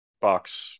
box